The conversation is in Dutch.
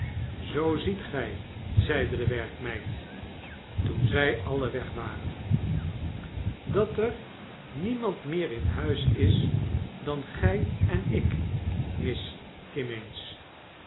zoo ziet gy zeide de werkmeid toen zy alien weg waren dat er niemand meer in huis is dan gy en ik miss kimmeens